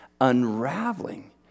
unraveling